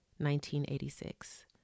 1986